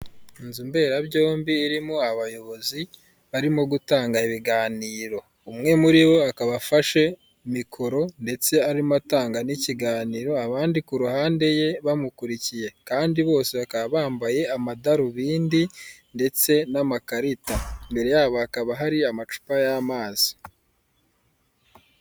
Inzu mbera byombi irimo abayobozi barimo gutanga ibiganiro, umwe muri bo akaba afashe mikoro ndetse arimo atanga n'ikiganiro, abandi ku ruhande ye bamukurikiye kandi bose bakaba bambaye amadarubindi ndetse n'amakarita, imbere yabo hakaba hari amacupa y'amazi.